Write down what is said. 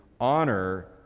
honor